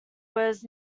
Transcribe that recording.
was